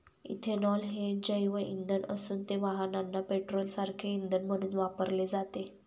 ethanol हे जैवइंधन असून ते वाहनांना पेट्रोलसारखे इंधन म्हणून वापरले जाते